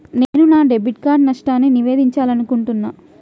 నేను నా debit card నష్టాన్ని నివేదించాలనుకుంటున్నా